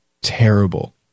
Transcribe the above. terrible